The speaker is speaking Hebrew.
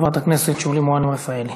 חברת הכנסת שולי מועלם-רפאלי.